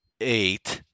eight